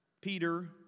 Peter